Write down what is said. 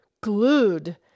glued